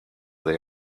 they